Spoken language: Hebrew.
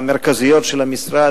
גזעניות נגד היהודים ברחבי העולם,